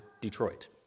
Detroit